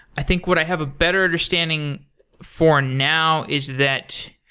i think what i have a better understanding for now is that